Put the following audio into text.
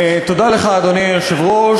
אדוני היושב-ראש,